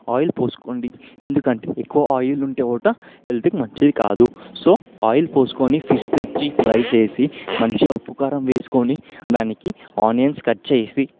oil పోసుకోండి ఎందుకంటే ఎక్కువ ఆయిల్ ఉంటే కూడా హెల్త్కి మంచిది కాదు సో ఆయిల్ పోసుకొని ఫిష్ తెచ్చి ఫ్రై చేసి మంచిగా ఉప్పు కారం వేసుకొని దానికి ఆనియన్స్ కట్ చేసి